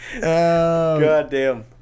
Goddamn